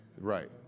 right